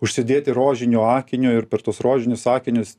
užsidėti rožinių akinius ir per tuos rožinius akinius